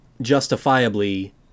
justifiably